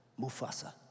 Mufasa